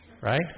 Right